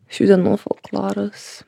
šių dienų folkloras